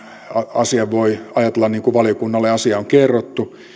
asian voi ajatella niin kuin valiokunnalle asia on kerrottu